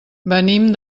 venim